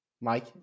Mike